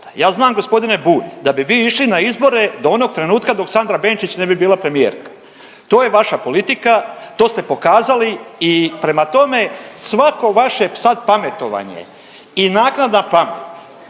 Ja znam g. Bulj da bi vi išli na izbore do onog trenutka dok Sandra Benčić ne bi bila premijerka. To je vaša politika, to ste pokazali i prema tome svako vaše sad pametovanje i naknadna pamet